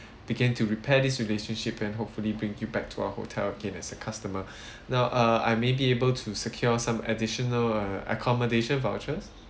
began to repair this relationship and hopefully bring you back to our hotel again as a customer now uh I may be able to secure some additional uh accommodation vouchers